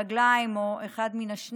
רגליים או אחד מהם.